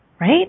right